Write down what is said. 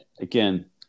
again